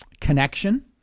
connection